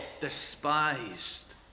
despised